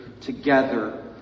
together